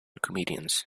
comedians